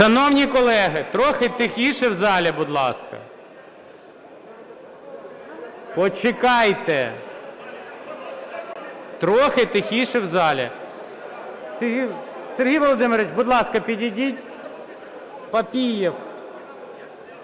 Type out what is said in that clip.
Шановні колеги, трохи тихіше в залі, будь ласка. Почекайте, трохи тихіше в залі. Сергій Володимирович, будь ласка, підійдіть. Папієв